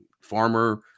farmer